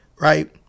right